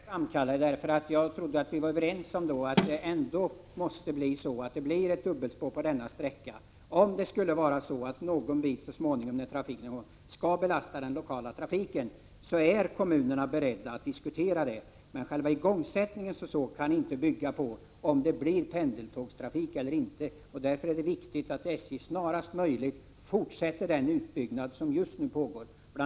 Herr talman! Jag menar att behoven inte är framkallade. Jag trodde vi var överens om att det ändå måste bli ett dubbelspår på denna sträcka. Om det skulle vara så att någon del av investeringen, när trafiken så småningom är i ordning, skall belasta den lokala trafiken, så är kommunerna beredda att diskutera detta. Själva igångsättningen som sådan kan inte bygga på om det blir pendeltågstrafik eller inte, och därför är det viktigt att SJ fortsätter den utbyggnad som just nu pågår.